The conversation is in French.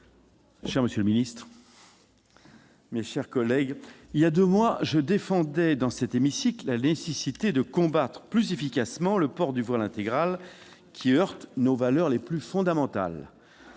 secrétaire d'État, mes chers collègues, voilà deux mois, je défendais dans cet hémicycle la nécessité de combattre plus efficacement le port du voile intégral, qui heurte nos valeurs les plus fondamentales.